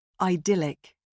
Idyllic